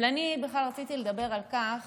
אבל אני בכלל רציתי לדבר על כך